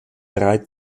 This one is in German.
drei